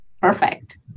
Perfect